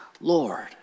Lord